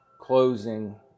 closing